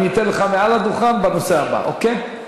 אני אתן לך מעל הדוכן בנושא הבא, אוקיי?